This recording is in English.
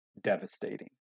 devastating